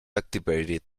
activated